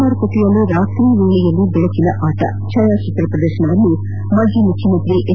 ಮಾರುಕಟ್ಟೆಯಲ್ಲಿ ರಾತ್ರಿ ವೇಳೆಯಲ್ಲಿ ಬೆಳಕಿನ ಆಟ ಛಾಯಾಚಿತ್ರ ಪ್ರದರ್ಶನವನ್ನು ಮಾಜಿ ಮುಖ್ಯಮಂತ್ರಿ ಎಸ್